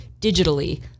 digitally